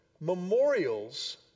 memorials